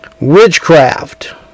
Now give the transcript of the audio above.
Witchcraft